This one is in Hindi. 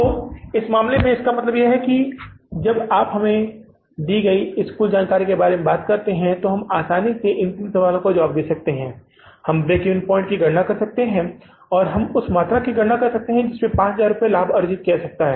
तो इस मामले में इसका मतलब है कि जब आप हमें दी गई इस कुल जानकारी के बारे में बात करते हैं तो हम आसानी से इस तीन सवालों के जवाब दे सकते हैं हम ब्रेक इवन पॉइंट्स की गणना कर सकते हैं हम उस मात्रा की गणना कर सकते हैं जिस पर लाभ 5000 रुपये अर्जित किया जा सकता है